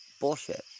Bullshit